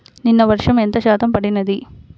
నిన్న వర్షము ఎంత శాతము పడినది?